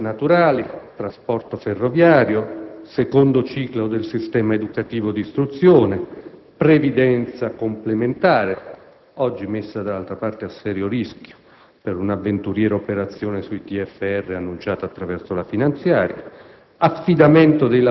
energia e gas naturali, trasporto ferroviario, secondo ciclo del sistema educativo d'istruzione, previdenza complementare (peraltro, oggi messa a serio rischio per un'avventuriera operazione sul TFR annunciata attraverso la finanziaria),